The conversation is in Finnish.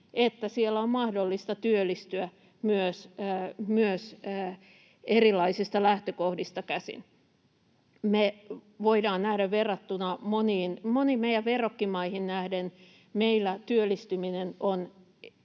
että siellä on mahdollista työllistyä myös erilaisista lähtökohdista käsin. Me voidaan nähdä, että moniin meidän verrokkimaihin nähden meillä työllistyminen on